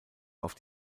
auf